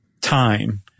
time